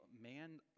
man